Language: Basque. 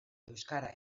euskara